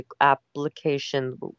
application